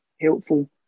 helpful